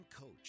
coach